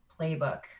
playbook